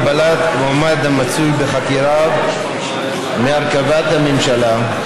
הגבלת מועמד המצוי בחקירה מהרכבת הממשלה)